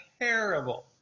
terrible